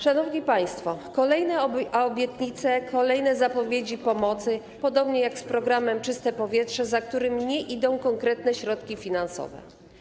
Szanowni państwo, kolejne obietnice, kolejne zapowiedzi pomocy, podobnie jak w przypadku programu „Czyste powietrze”, za którym nie idą konkretne środki finansowe.